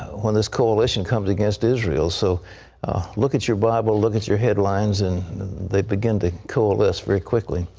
when this coalition comes against israel. so look at your bible, look at your headlines, and they begin to coalesce very quickly.